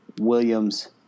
Williams